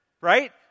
right